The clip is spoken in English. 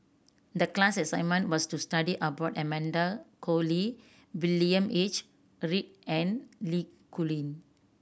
the class assignment was to study about Amanda Koe Lee William H Read and Li Rulin